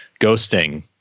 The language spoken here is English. Ghosting